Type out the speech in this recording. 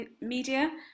Media